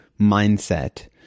mindset